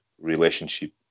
relationship